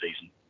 season